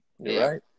right